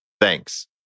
Thanks